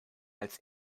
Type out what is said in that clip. als